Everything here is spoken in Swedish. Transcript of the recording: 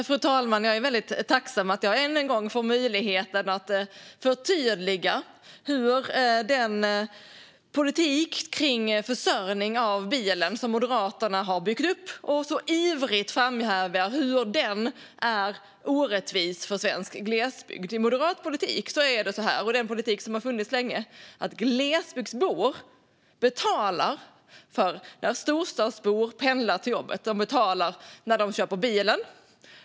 Fru talman! Jag är väldigt tacksam över att jag än en gång får möjlighet att förtydliga hur orättvis den politik kring försörjning av bilen som Moderaterna har byggt upp är för svensk glesbygd. I moderat politik är det så här, och det är en politik som har funnits länge: Glesbygdsbor betalar för storstadsbor som pendlar till jobbet. De betalar när storstadsborna köper bilen.